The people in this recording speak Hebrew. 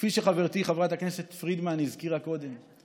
כפי שחברתי חברת הכנסת פרידמן הזכירה קודם,